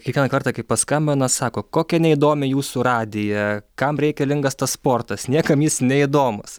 kiekvieną kartą kai paskambina sako kokią neįdomią jūsų radiją kam reikalingas tas sportas niekam jis neįdomūs